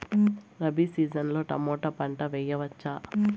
Rabi season లో tomato పంట వేయవచ్చా?